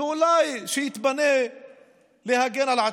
ואולי שיתפנה להגן על עצמו.